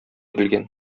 белгән